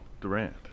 Durant